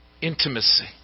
Intimacy